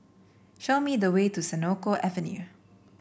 show me the way to Senoko Avenue